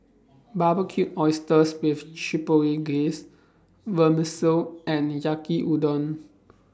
Barbecued Oysters with Chipotle Glaze Vermicelli and Yaki Udon